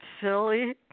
silly